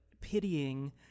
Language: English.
pitying